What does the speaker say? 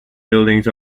buildings